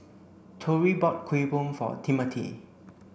Tory bought Kuih Bom for Timmothy